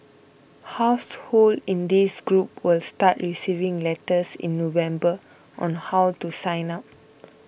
households in this group will start receiving letters in November on how to sign up